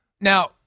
Now